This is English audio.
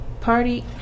party